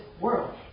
world